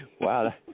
Wow